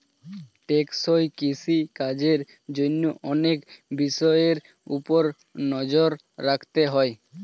টেকসই কৃষি কাজের জন্য অনেক বিষয়ের উপর নজর রাখতে হয়